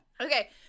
Okay